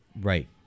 right